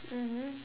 mmhmm